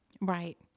Right